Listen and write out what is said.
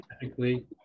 technically